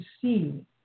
see